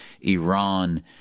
Iran